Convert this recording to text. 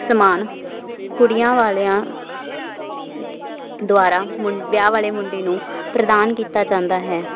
ਸਮਾਨ ਕੁੜੀਆਂ ਵਾਲਿਆਂ ਦੁਆਰਾ ਮੁੰ ਵਿਆਹ ਵਾਲੇ ਮੁੰਡੇ ਨੂੰ ਪ੍ਰਦਾਨ ਕੀਤਾ ਜਾਂਦਾ ਹੈ